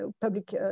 public